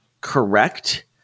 correct